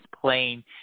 playing